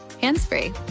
hands-free